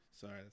Sorry